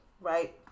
right